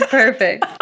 perfect